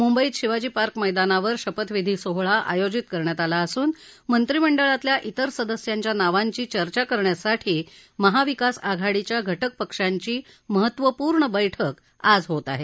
मुंबईत शिवाजीपार्क मैदानावर शपथविधी सोहळा आयोजित करण्यात आला असून मंत्रिमंडळातल्या इतर सदस्यांच्या नावांची चर्चा करण्यासाठी महाविकास आघाडीच्या घटक पक्षांची महत्त्वपूर्ण बैठक आज होत आहे